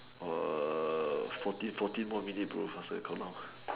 uh forty forty more minutes bro faster come out